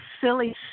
silly